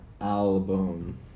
album